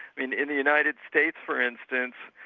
in in the united states for instance,